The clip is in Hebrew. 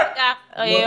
רועי, תודה.